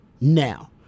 now